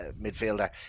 midfielder